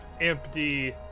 empty